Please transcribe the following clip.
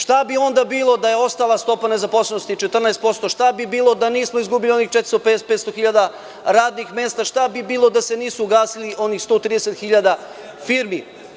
Šta bi onda bilo da je ostala stopa nezaposlenosti 14%, šta bi bilo da nismo izgubili onih 400-500.000 radnih mesta, šta bi bilo da se nisu ugasili onih 130.000 firmi?